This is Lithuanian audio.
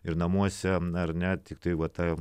ir namuose ar ne tiktai va ta